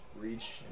reach